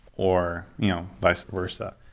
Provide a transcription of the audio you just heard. or you know vice-versa.